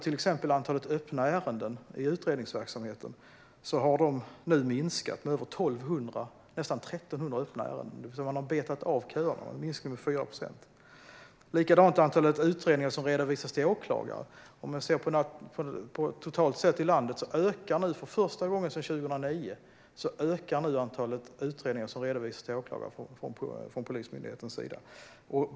Till exempel har antalet öppna ärenden i utredningsverksamheten nu minskat med nästan 1 300. Man har alltså betat av köerna. Det är en minskning med 4 procent. Det är likadant med antalet utredningar som redovisas till åklagare. Totalt sett i landet ökar nu för första gången sedan 2009 antalet utredningar som redovisas till åklagare från Polismyndighetens sida.